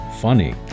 funny